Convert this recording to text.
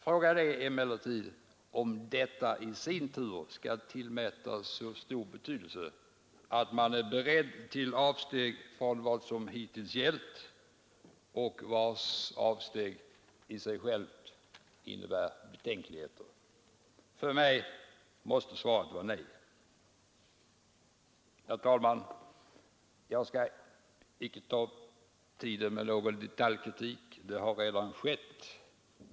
Frågan är emellertid, om detta i sin tur skall tillmätas så stor betydelse att man är beredd till avsteg från vad som hittills gällt, avsteg som i sig inger betänkligheter. För mig måste svaret vara nej! Herr talman! Jag skall inte ta upp tiden med detaljkritik. Det har redan skett.